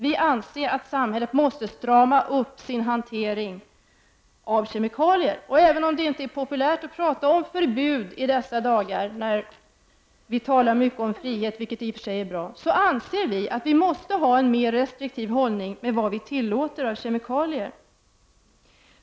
Vi anser att samhället måste strama åt hanteringen av kemikalier. Även om det inte är populärt att tala om förbud i dessa dagar, när vi talar mycket om frihet — vilket i och för sig är bra — anser vi att samhället måste ha en mera restriktiv hållning när det gäller att tillåta kemikalier.